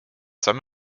some